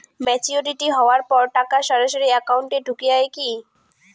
Maturity হওয়ার পর টাকা সরাসরি একাউন্ট এ ঢুকে য়ায় কি?